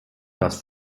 das